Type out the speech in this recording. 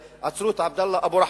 ועצרו את עבדאללה אבו רחמה,